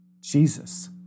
Jesus